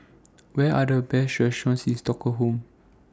What Are The Best restaurants in Stockholm